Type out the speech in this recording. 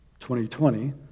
2020